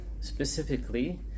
specifically